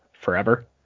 forever